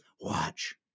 watch